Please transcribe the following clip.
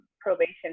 probation